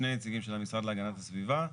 שני נציגים של המשרד להגנת הסביבה,